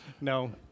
No